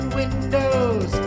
windows